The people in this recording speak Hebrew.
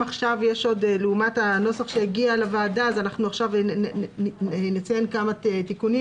לעומת הנוסח שהגיע לוועדה נציין עכשיו כמה תיקונים